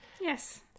Yes